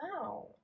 Wow